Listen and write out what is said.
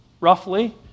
roughly